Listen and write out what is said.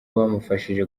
bamufashije